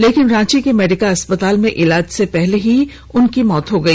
लेकिन रांची के मेडिका अस्पताल में इलाज से पहले ही उसकी मौत हो गई